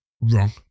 wrong